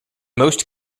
most